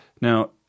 Now